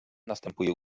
następuje